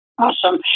awesome